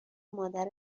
مادر